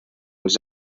els